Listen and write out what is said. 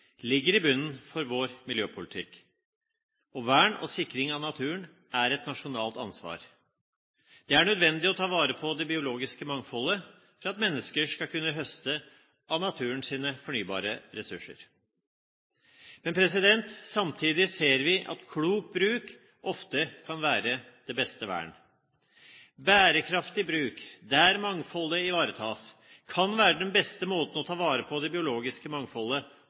ligger i bunnen for vår miljøpolitikk. Vern og sikring av naturen er et nasjonalt ansvar. Det er nødvendig å ta vare på det biologiske mangfoldet for at mennesker skal kunne høste av naturens fornybare ressurser. Men samtidig ser vi at klok bruk ofte kan være det beste vern. Bærekraftig bruk, der mangfoldet ivaretas, kan være den beste måten for å ta vare på det biologiske mangfoldet